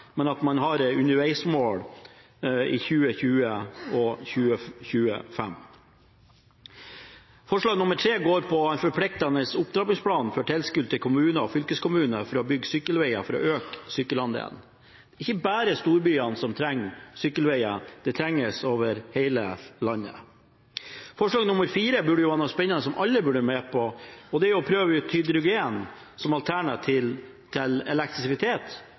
Forslag nr. 3 går på en forpliktende opptrappingsplan for tilskudd til kommuner og fylkeskommuner for å bygge sykkelveier, for å øke sykkelandelen. Det er ikke bare storbyene som trenger sykkelveier. Det trengs over hele landet. Forslag nr. 4 burde være noe spennende som alle kunne være med på, og det er å prøve ut hydrogen som alternativ til elektrisitet